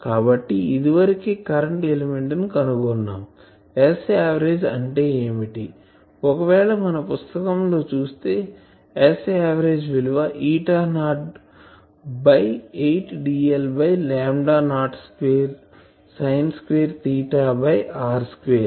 కాబట్టి ఇదివరకే current element ని కనుగొన్నాం Sav అంటే ఏమిటి ఒకవేళ మన పుస్తకం లో చుస్తే Sav విలువ eta naught by 8 dl by lambda naught square sine square theta by r square